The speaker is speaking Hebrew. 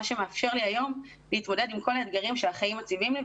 מה שמאפשר לי היום להתמודד עם כל האתגרים שהחיים מציבים לי,